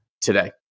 today